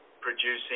producing